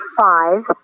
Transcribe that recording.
five